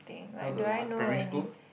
that was don't know what primary school